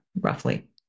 roughly